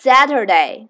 Saturday